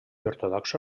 ortodoxa